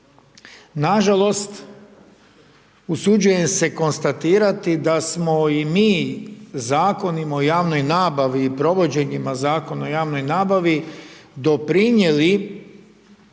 Nažalost, usuđujem se konstatirati da smo i mi zakonima o javnoj nabavi i provođenjima zakona o javnoj nabavi, doprinijeli